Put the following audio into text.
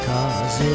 Cause